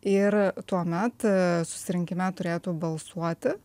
ir tuomet susirinkime turėtų balsuoti